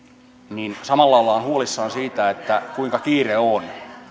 ollaan huolissaan siitä kuinka kiire on